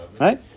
right